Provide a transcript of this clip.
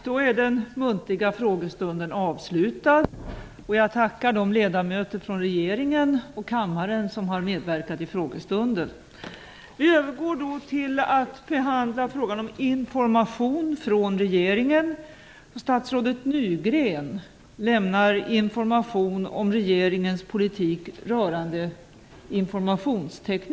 Låt mig i all vänlighet och omtanke påpeka att om vi klarar av den här debatten före den muntliga frågestunden slipper vi avbryta den mitt i och återuppta den efter frågestunden och informationen från regeringen.